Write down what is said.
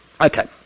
Okay